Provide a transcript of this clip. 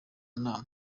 nama